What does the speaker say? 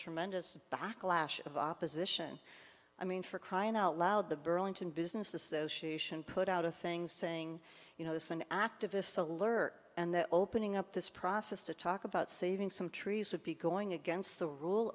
tremendous backlash of opposition i mean for crying out loud the burlington business association put out a thing saying you know sun activists alert and opening up this process to talk about saving some trees would be going against the rule